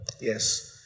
Yes